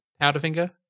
Powderfinger